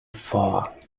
far